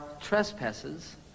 trespasses